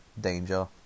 danger